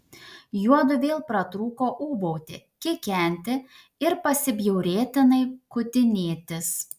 juodu vėl pratrūko ūbauti kikenti ir pasibjaurėtinai kutinėtis